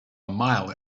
mile